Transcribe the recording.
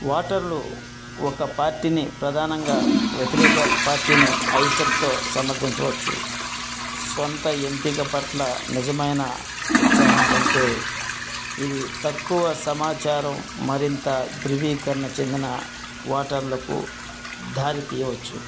ఓటర్లు ఒక పార్టీని ప్రధానంగా వ్యతిరేక పార్టీని అయిష్టతో సమర్ధించవచ్చు సొంత ఎంపిక పట్ల నిజమైన ఉత్సాహం కంటే ఇది తక్కువ సమాచారం మరింత ధృవీకరణ చెందిన ఓటర్లకు దారితీయవచ్చు